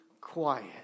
quiet